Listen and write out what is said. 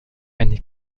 eine